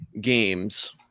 games